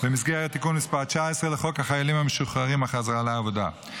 במסגרת תיקון מס' 19 לחוק החיילים המשוחררים (החזרה לעבודה).